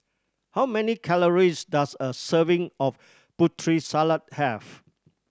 how many calories does a serving of Putri Salad have